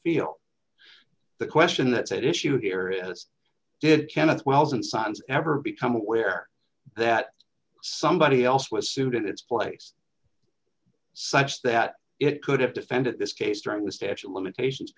field the question that's at issue here is did kenneth wells and signs ever become aware that somebody else was suited its place such that it could have defended this case during the statue of limitations